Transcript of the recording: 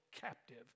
captive